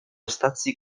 stacji